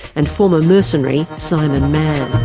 and former mercenary simon mann.